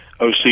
OC